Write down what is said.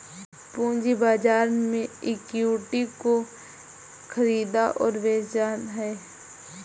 पूंजी बाजार में इक्विटी को ख़रीदा और बेचा जाता है